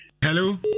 Hello